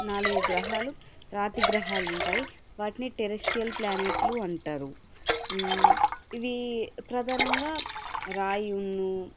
నాలుగు గ్రహాలు రాతిగ్రహాలు ఉంటాయి వాటిని టెరస్ట్రియాల్ ప్లానెట్లు అంటారు ఇవి ప్రధానంగా రాయి ఉన్ను